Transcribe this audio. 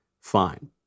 fine